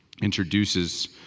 introduces